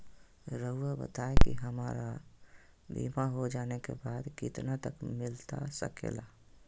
रहुआ बताइए कि हमारा बीमा हो जाने के बाद कितना तक मिलता सके ला?